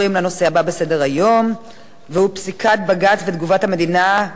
פסיקת בג"ץ ותגובת המדינה בעניין שכונת גבעת-האולפנה בבית-אל,